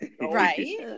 Right